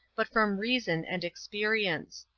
but from reason and experience.